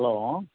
hello